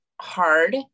hard